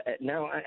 Now